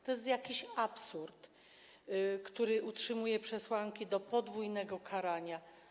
To jest jakiś absurd, który utrzymuje przesłanki podwójnego karania.